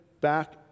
back